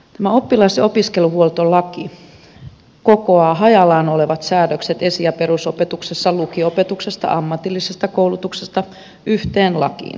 tämä oppilas ja opiskelijahuoltolaki kokoaa hajallaan olevat säädökset esi ja perusopetuksesta lukio opetuksesta ammatillisesta koulutuksesta yhteen lakiin